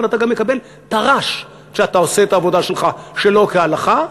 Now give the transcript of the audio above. אבל אתה גם מקבל טר"ש כשאתה עושה את העבודה שלך שלא כהלכה.